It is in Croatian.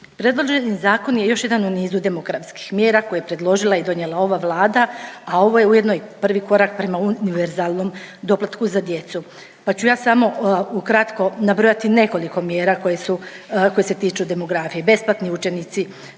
Predloženi zakon je još jedan u nizu demografskih mjera koji je predložila i donijela ova Vlada, a ovo je ujedno i prvi korak prema univerzalnom doplatku za djecu pa ću ja samo u kratko nabrojati nekoliko mjera koje su, koje se tiču demografije. Besplatni učenici